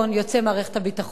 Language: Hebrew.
יוצאי מערכת הביטחון,